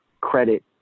credit